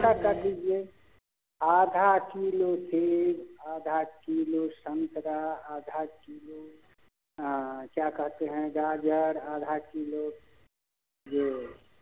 ऐसा कर दीजिए आधा किलो सेब आधा किलो संतरा आधा किलो क्या कहते हैं गाजर आधा किलो जो